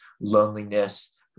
loneliness